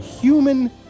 human